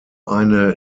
eine